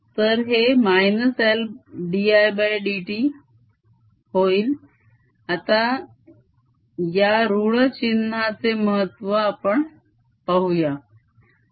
तर हे -LdIdt होईल आता या ऋण चिन्हाचे महत्व आपण पाहूया